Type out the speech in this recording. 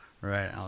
Right